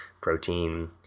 protein